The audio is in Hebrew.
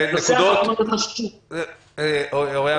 מאה אחוז.